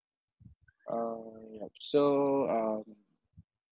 uh yup so um